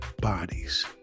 bodies